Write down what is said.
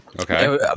okay